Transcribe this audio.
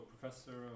professor